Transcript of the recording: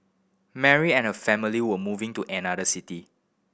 Mary and her family were moving to another city